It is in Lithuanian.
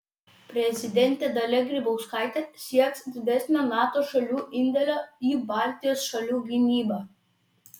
prezidentė dalia grybauskaitė sieks didesnio nato šalių indėlio į baltijos šalių gynybą